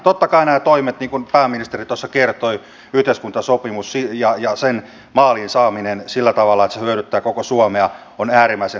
totta kai nämä toimet niin kuin pääministeri tuossa kertoi yhteiskuntasopimus ja sen maaliin saaminen sillä tavalla että se hyödyttää koko suomea ovat äärimmäisen tärkeitä